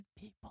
people